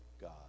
God